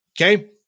Okay